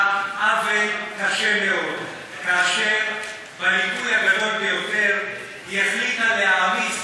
עוול קשה מאוד כאשר בניכוי הגדול ביותר היא החליטה להעמיס